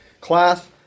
class